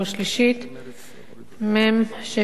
מ/699א'